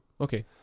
okay